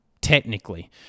technically